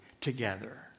together